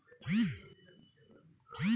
ছোলা হল এক ধরনের শস্য যেটাতে অনেক প্রোটিন থাকে